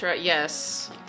Yes